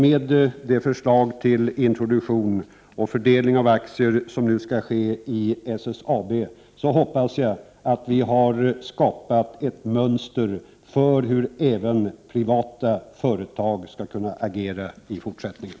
Med det förslag till introduktion och fördelning av aktier som nu läggs fram för SSAB hoppas jag att vi har skapat ett mönster för hur även privata företag skall kunna agera i fortsättningen.